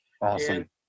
Awesome